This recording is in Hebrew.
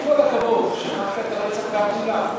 עם כל הכבוד, שכחת את הרצח בעפולה?